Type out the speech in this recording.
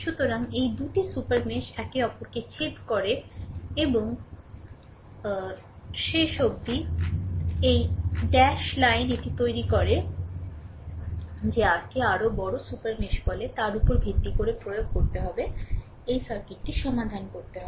সুতরাং এই 2 টি সুপার মেশ একে অপরকে ছেদ করে এবং শেষ অবধি ড্যাশ লাইন এটি তৈরি করে যে r কে আরও বড় সুপার মেশ বলে তার উপর ভিত্তি করে প্রয়োগ করতে হবে এই সার্কিটটি সমাধান করতে হবে